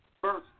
First